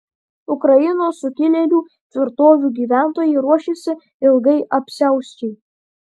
ukrainos sukilėlių tvirtovių gyventojai ruošiasi ilgai apsiausčiai